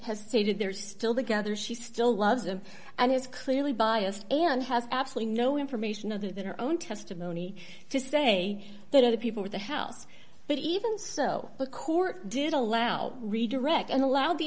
stated they're still together she still loves them and is clearly biased and has absolutely no information other than her own testimony to say that other people were the house but even so the court did allow redirect and allow the